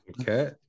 okay